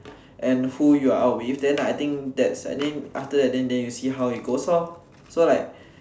and who you are out with then I think that's and then after that then then you see how it goes lor so like